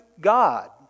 God